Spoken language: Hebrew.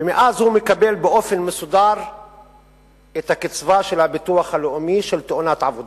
ומאז הוא מקבל באופן מסודר מהביטוח הלאומי את הקצבה של תאונת עבודה.